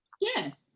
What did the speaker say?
Yes